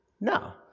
No